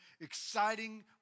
exciting